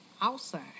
outside